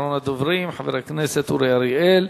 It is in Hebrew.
אחרון הדוברים, חבר הכנסת אורי אריאל,